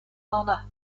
honor